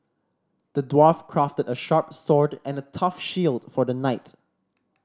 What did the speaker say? the dwarf crafted a sharp sword and a tough shield for the knights